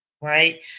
right